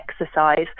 exercise